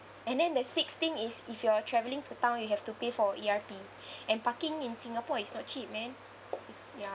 and then the sixth thing is if you are traveling to town you have to pay for E_R_P and parking in singapore it's not cheap man is ya